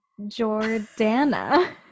Jordana